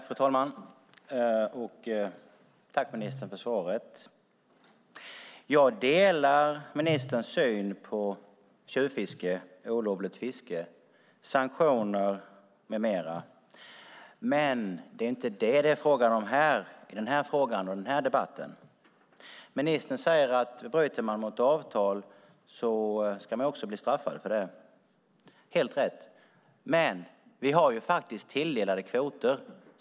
Fru talman! Tack, ministern, för svaret! Jag delar ministerns syn på tjuvfiske, olovligt fiske, sanktioner med mera. Det är dock inte detta det är frågan om här, i denna debatt. Ministern säger att man om man bryter mot avtal också ska bli straffad för det. Det är helt rätt, men vi har faktiskt tilldelade kvoter.